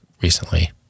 recently